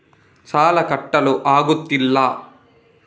ಸಾಲ ಕಟ್ಟಲು ಆಗುತ್ತಿಲ್ಲ